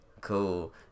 cool